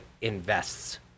invests